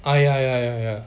ah ya ya ya ya